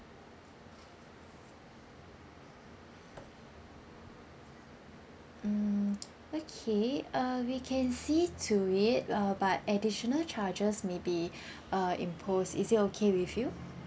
hmm okay uh we can see to it uh but additional charges may be uh imposed is it okay with you